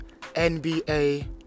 nba